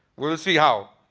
we'll see how.